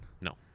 No